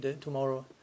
tomorrow